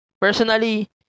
Personally